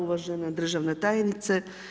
Uvažena državna tajnice.